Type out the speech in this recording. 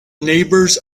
neighbors